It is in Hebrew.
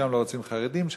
שם לא רוצים חרדים,